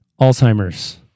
Alzheimer's